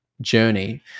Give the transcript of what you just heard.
journey